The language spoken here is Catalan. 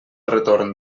retorn